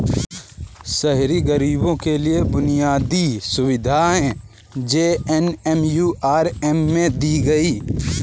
शहरी गरीबों के लिए बुनियादी सुविधाएं जे.एन.एम.यू.आर.एम में दी गई